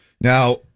Now